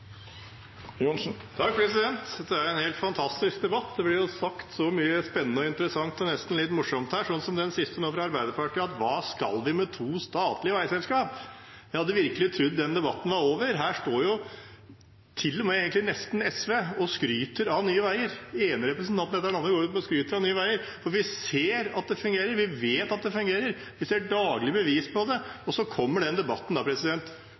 Dette er en helt fantastisk debatt. Det blir sagt så mye spennende og interessant at det nesten er litt morsomt her, sånn som det siste nå fra Arbeiderpartiet: Hva skal vi med to statlige veiselskap? Jeg hadde virkelig trodd at den debatten var over. Her står jo til og med egentlig nesten SV og skryter av Nye Veier, den ene representanten etter den andre går opp og skryter av Nye Veier, for vi ser at det fungerer, vi vet at det fungerer. Vi ser daglig bevis på det. Så kommer denne debatten nå plutselig: Hva skal vi med to statlige veiselskap? Da